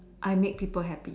I make people happy